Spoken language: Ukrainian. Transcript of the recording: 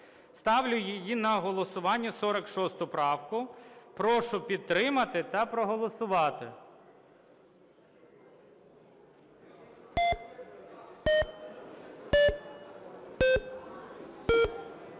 Ставлю її на голосування, 46 правку. Прошу підтримати та проголосувати.